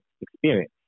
experience